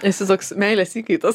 esi toks meilės įkaitas